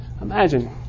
Imagine